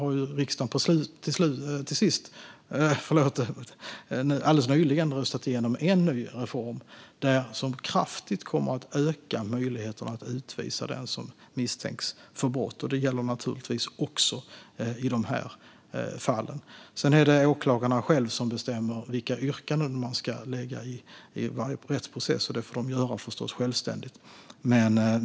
Riksdagen har alldeles nyligen röstat igenom en ny reform som kraftigt kommer att öka möjligheterna att utvisa den som misstänks för brott. Det gäller naturligtvis också i de här fallen. Sedan är det åklagarna som själva bestämmer vilka yrkanden som ska läggas i varje rättsprocess, och detta får de göra självständigt.